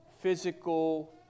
physical